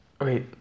Wait